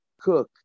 cook